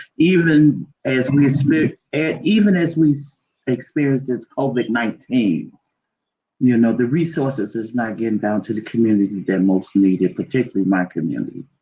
even as we speak, and even as we so experienced this covid nineteen you know the resources is not getting down to the community, they're most needed, particularly my community.